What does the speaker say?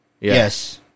Yes